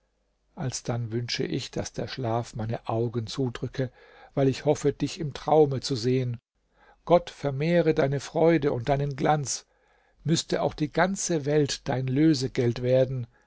alsdann wünsche ich daß der schlaf meine augen zudrücke weil ich hoffe dich im traume zu sehen gott vermehre deine freude und deinen glanz müßte auch die ganze welt dein lösegeld werden